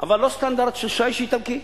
אבל לא סטנדרט של שיש איטלקי,